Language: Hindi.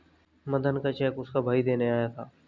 मदन का चेक उसका भाई देने आया था